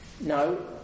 No